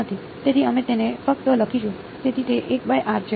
તેથી અમે તેને ફક્ત લખીશું તેથી તે છે